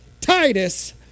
Titus